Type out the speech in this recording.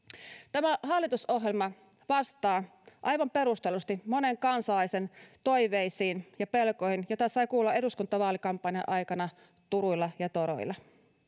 tämä hallitusohjelma vastaa aivan perustellusti monen kansalaisen toiveisiin ja pelkoihin joita sai kuulla eduskuntavaalikampanjan aikana turuilla ja toreilla